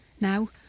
now